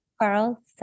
Carl